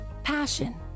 Passion